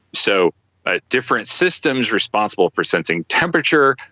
so ah different systems responsible for sensing temperature,